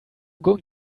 going